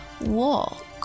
walk